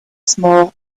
small